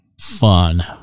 fun